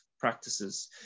practices